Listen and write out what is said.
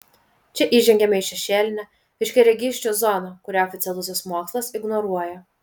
čia įžengiame į šešėlinę aiškiaregysčių zoną kurią oficialusis mokslas ignoruoja